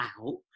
out